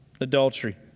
adultery